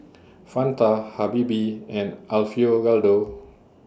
Fanta Habibie and Alfio Raldo